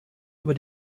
über